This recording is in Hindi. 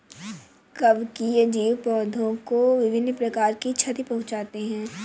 कवकीय जीव पौधों को विभिन्न प्रकार की क्षति पहुँचाते हैं